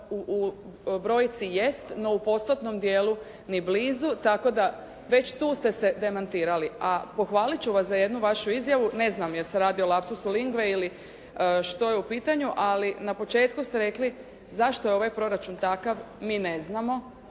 u brojci jest, no u postotnom dijelu ni blizu, tako da već tu ste se demantirali. A pohvalit ću vas za jednu vašu izjavu. Ne znam je li se radi o lapsusu linguae ili što je u pitanju, ali na početku ste rekli zašto je ovaj proračun takav mi ne znamo.